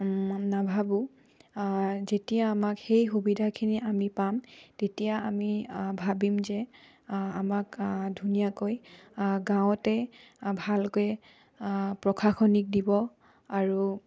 নাভাবোঁ যেতিয়া আমাক সেই সুবিধাখিনি আমি পাম তেতিয়া আমি ভাবিম যে আমাক ধুনীয়াকৈ গাঁৱতে ভালকৈ প্ৰশাসনিক দিব আৰু